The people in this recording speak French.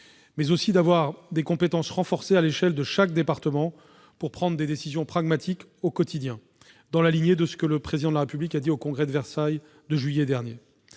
grande région et des compétences renforcées à l'échelle de chaque département, pour prendre des décisions pragmatiques au quotidien, dans la lignée des propos tenus par le Président de la République au Congrès de Versailles de juillet dernier.